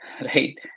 right